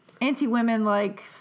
anti-women-like